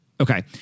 Okay